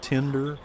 Tender